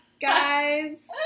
guys